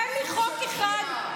תן לי חוק אחד.